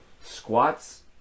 squats